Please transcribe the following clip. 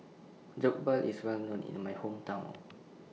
Jokbal IS Well known in My Hometown